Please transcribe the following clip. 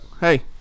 hey